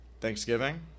Thanksgiving